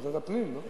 ועדת הפנים, לא?